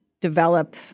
develop